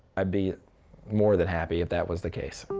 i'd be more than happy if that was the case.